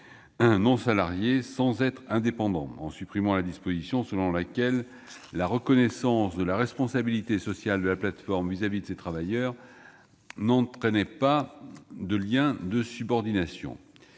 non salariés sans être indépendants, la disposition selon laquelle la reconnaissance de la responsabilité sociale de la plateforme à l'égard de ces travailleurs n'entraînait pas de lien de subordination.